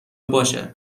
باشه